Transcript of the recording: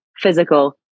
physical